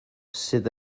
sydd